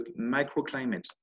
microclimate